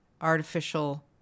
artificial